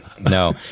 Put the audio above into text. No